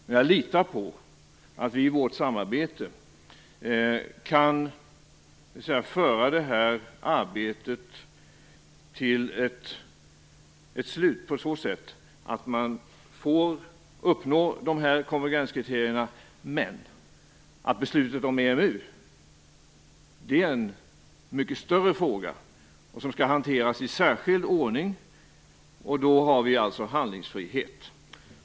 Men jag litar på att vi i vårt samarbete kan föra det här arbetet till ett slut som innebär att vi uppnår konvergenskriterierna men sedan ser beslutet om EMU som en mycket större fråga som skall hanteras i särskild ordning. Då har vi handlingsfrihet.